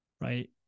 right